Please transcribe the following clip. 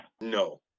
no